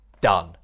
Done